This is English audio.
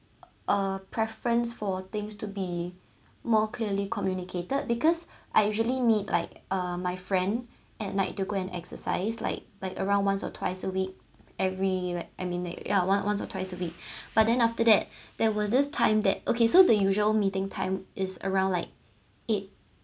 uh preference for things to be more clearly communicated because I usually meet like uh my friend at night to go and exercise like like around once or twice a week every like I mean like ya once once or twice a week but then after that there was this time that okay so the usual meeting time is around like eight